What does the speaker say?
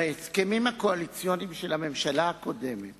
בהסכמים הקואליציוניים של הממשלה הקודמת